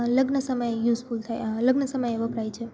લગ્ન સમય યુઝફૂલ થાય લગ્ન સમયે વપરાય છે